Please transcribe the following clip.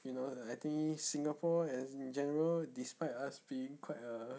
you know uh I think singapore in general despite us being quite a